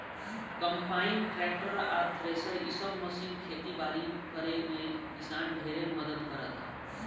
combine, tractor आ thresher इ सब मशीन खेती बारी करे में किसान ढेरे मदद कराता